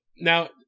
Now